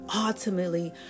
ultimately